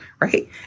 right